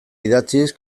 idatziz